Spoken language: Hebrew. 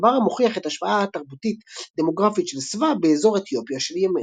דבר המוכיח את ההשפעה התרבותית-דמוגרפית של סבא באזור אתיופיה של ימינו.